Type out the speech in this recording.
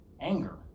anger